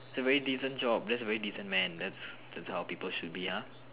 that's a very decent job that's a very decent man that's that's how people should be ah